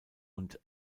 und